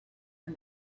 and